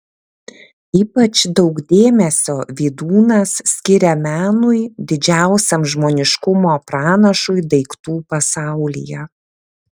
ypač daug dėmesio vydūnas skiria menui didžiausiam žmoniškumo pranašui daiktų pasaulyje